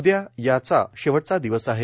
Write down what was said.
उद्या याचा शेवटचा दिवस आहे